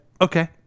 Okay